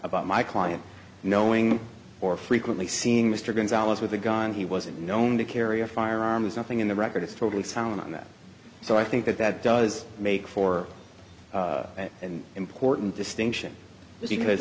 about my client knowing or frequently seeing mr gonzalez with a gun he wasn't known to carry a firearm is something in the record is totally silent on that so i think that that does make for an important distinction because